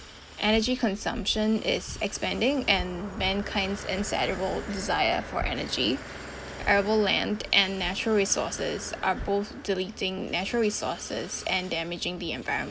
energy consumption is expanding and mankind's insatiable desire for energy arable land and natural resources are both deleting natural resources and damaging the environment